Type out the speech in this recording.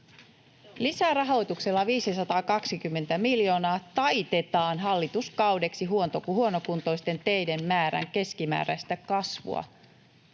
Lisärahoituksella 520 miljoonaa taitetaan hallituskaudeksi huonokuntoisten teiden määrän keskimääräistä kasvua.